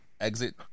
exit